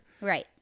Right